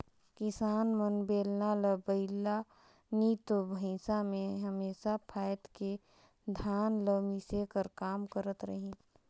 किसान मन बेलना ल बइला नी तो भइसा मे हमेसा फाएद के धान ल मिसे कर काम करत रहिन